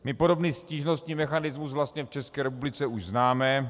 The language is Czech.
My podobný stížnostní mechanismus vlastně v České republice známe.